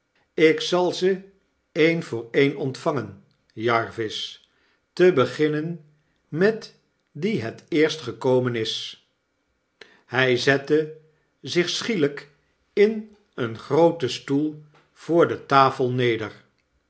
ik zal ze een voor een ontvangen jarvis te beginnen met die het eerst gekomen is hy zette zich schielijk in een grooten stoel voor de tafel neder